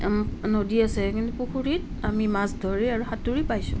নদী আছে কিন্তু পুখুৰীত আমি মাছ ধৰি আৰু সাতুৰি পাইছো